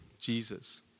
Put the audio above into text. Jesus